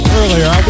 earlier